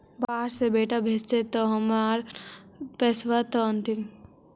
बाहर से बेटा भेजतय त हमर पैसाबा त अंतिम?